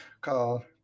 called